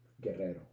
Guerrero